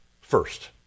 first